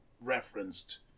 referenced